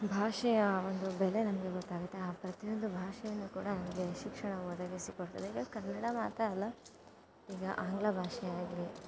ಭಾಷೆಯ ಒಂದು ಬೆಲೆ ನಮಗೆ ಗೊತ್ತಾಗುತ್ತೆ ಆ ಪ್ರತಿಯೊಂದು ಭಾಷೆಯು ಕೂಡ ನಮಗೆ ಶಿಕ್ಷಣ ಒದಗಿಸಿ ಕೊಡ್ತದೆ ಈಗ ಕನ್ನಡ ಮಾತ್ರ ಅಲ್ಲ ಈಗ ಆಂಗ್ಲ ಭಾಷೆ ಆಗಲಿ